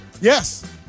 Yes